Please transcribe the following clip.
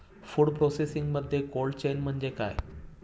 Food प्रोसेसिंगमध्ये cold chain म्हणजे काय?